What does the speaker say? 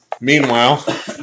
Meanwhile